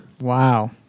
Wow